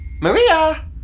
Maria